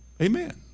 Amen